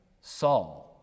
Saul